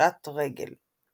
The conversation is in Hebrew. ופשט רגל.